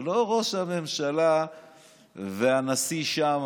זה לא ראש הממשלה והנשיא שם,